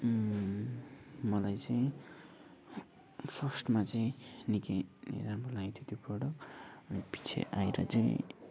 मलाई चाहिँ फर्स्टमा चाहिँ निकै राम्रो लागेको थियो त्यो प्रोडक्ट अनि पछि आएर चाहिँ